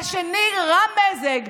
והשני רע מזג,